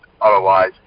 Otherwise